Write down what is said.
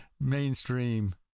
mainstream